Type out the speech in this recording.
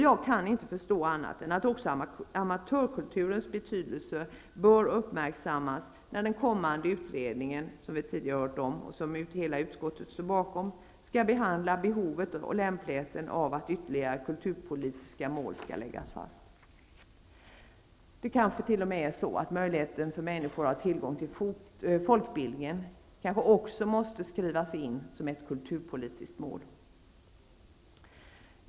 Jag kan inte förstå annat än att också amatörkulturens betydelse bör uppmärksammas när den kommande utredningen, som har nämnts tidigare i debatten och som hela utskottet står bakom, skall behandla frågan om behovet och lämpligheten av att ytterligare kulturpolitiska mål skall läggas fast. Det kanske t.o.m. är så att även möjligheten att få tillgång till folkbildningen måste skrivas in som ett kulturpolitiskt mål.